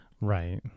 Right